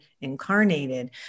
incarnated